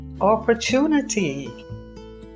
opportunity